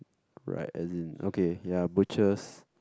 right as in okay ya butcher's